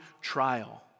trial